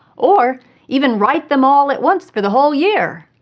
or even write them all at once for the whole year?